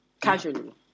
casually